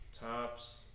Tops